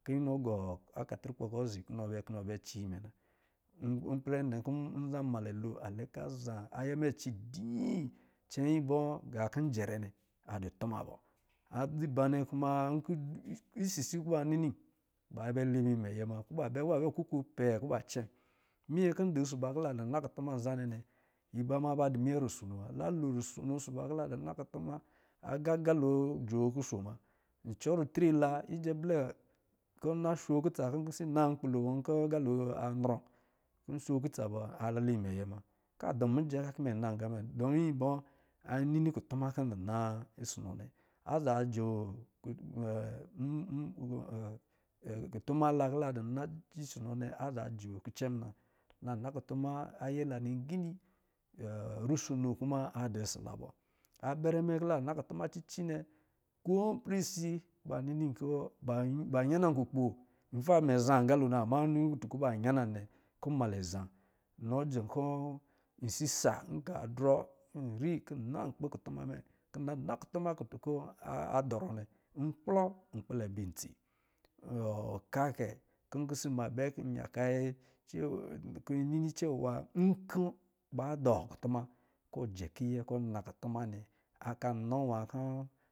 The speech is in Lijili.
Kɔ̄ inɔ gɔ akɔtrɔkpɔ kɔ̄ zi kɔ̄ inɔ bɛ kɔ̄ inɔ bɛ cɛ imɛ na. Ipɛrɛ kɔ̄ nza mnalɛ lo alɛ kɔ̄ a zan ayɛ mɛ ci dii cɛnyɛ bɔ gā kɔ̄ njɛrɛ nnɛ adɔ̄ tuma bɔ adza iba nnɛ kuma du icisi kɔ̄ ba bɛ kɔ̄ ba bɛ kuku pɛ kɔ̄ ba cɛ. Minyɛ kɔ̄ njɛ ɔsɔ̄ ba kɔ̄ la na kutuma nza nnɛ nnɛ iba ma ba dɔ̄ minyɛ rusono wa, la lo rusono ɔsɔ̄ ba kɔ̄ la dɔ̄ na kutuma aga-aga lo jɔ̄ kuso muna cɔ ritre la ijɛ blɛ kɔ̄ nna sho kutsa kɔ̄ pisɛ ina nkpi wa nkɔ agalo anrɔ, kɔ̄ isho kutsa bɔ alɔɔ imɛ yɛ muna ka dɔ mijɛ ka kɔ̄ imɛ na aga mɛ dɔmi bɔ ini ikutuma kɔ̄ ndɔ na ɔsɔ̄ nnɛ aza jɔ kutuma la kɔ̄ la dɔ̄ na cizi ɔsɔ̄ nne a za jɔ kicɛ muna la na kutuma ayɛ la ligini rusono kuma a dɔ ɔsɔ̄ la bɔ abɛrɛ mɛ kɔ̄ la na katuma cici nrɛ kɔ ipɛrɛ si ba nini kɔ̄ ba yana kukpo nɛ zan agalo na ama nnini kutu kɔ̄ ba yana nnɛ kɔ̄ nmalɛ zan nɔ jɛ kɔ̄ isisa nka drɔ nri kɔ̄ nna nkpi kutuma mɛ kɔ̄ nna na kutuma kutu kɔ̄ a dɔrɔ nnɛ nna klɔ nkpɛla bɛ itsi oka kɛ kɔ̄ pisɛ imā bɛ kɔ̄ nyaka yi kɔ̄ yi nini cava nkɔ̄ ba dɔ̄ kutuma jɛ kiyɛ kɔ̄ na kutuma nnɛ akɔ̄ nɔ nwa kɔ̄